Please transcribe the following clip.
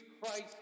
Christ